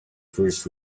first